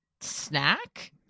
snack